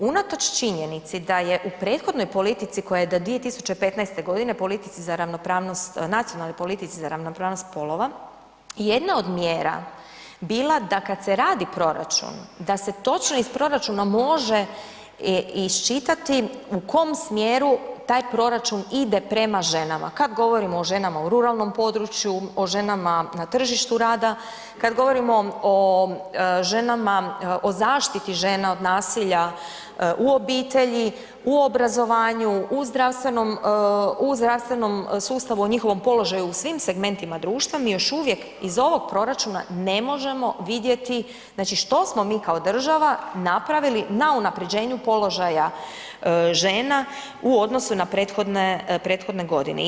Unatoč činjenici da je u prethodnoj politici koja je do 2015. godine, politici za ravnopravnost, Nacionalnost politici za ravnopravnost spolova, jedna od mjera bila da kad se radi proračun da se točno iz proračuna može iščitati u kom smjeru taj proračun ide prema ženama, kad govorimo o ženama u ruralnom području, o ženama na tržištu rada, kad govorimo o ženama, o zaštiti žena od nasilja u obitelji, u obrazovanju, u zdravstvenom sustavu, o njihovom položaju u svim segmentima društva mi još uvijek iz ovog proračuna ne možemo vidjeti znači što smo mi kao država napravili na unapređenju položaja žena u odnosu na prethodne, prethodne godine.